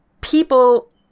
people